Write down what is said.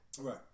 right